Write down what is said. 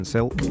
Silk